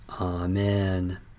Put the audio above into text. Amen